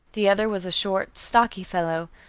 the other was a short, stocky fellow,